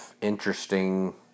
interesting